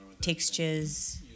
textures